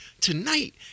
tonight